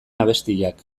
abestiak